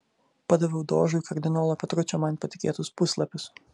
padaviau dožui kardinolo petručio man patikėtus puslapius